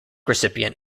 recipient